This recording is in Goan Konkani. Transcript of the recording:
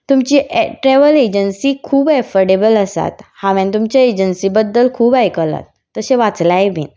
तुमची ए ट्रॅवल एजंसी खूब एफोर्डेबल आसात हांवें तुमचे एजन्सी बद्दल खूब आयकलां तशें वाचलांय बीन